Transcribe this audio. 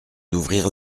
d’ouvrir